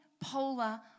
polar